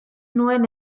nuen